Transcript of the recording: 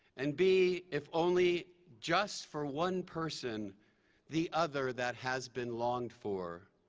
and be if only just for one person the other that has been longed for.